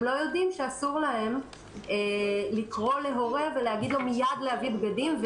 הם לא יודעים שאסור להם לקרוא להורה ולהגיד לו מיד להביא בגדים לילד,